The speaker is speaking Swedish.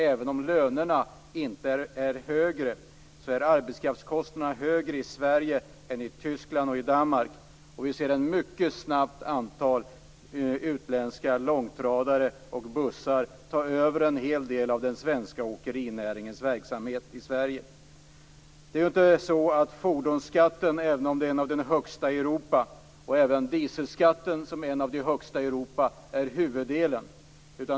Även om lönerna inte är högre är arbetskraftskostnaderna högre i Sverige än i Tyskland och i Danmark. Vi ser ett antal utländska långtradare och bussar mycket snabbt ta över en hel del av den svenska åkerinäringens verksamhet i Sverige. Även om fordonsskatten och även dieselskatten är en av de högsta i Europa utgör de inte huvuddelen.